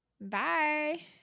Bye